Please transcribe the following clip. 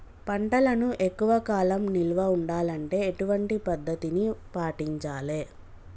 పంటలను ఎక్కువ కాలం నిల్వ ఉండాలంటే ఎటువంటి పద్ధతిని పాటించాలే?